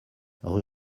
rue